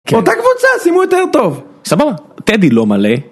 אותה קבוצה, שימו יותר טוב! סבבה? טדי לא מלא.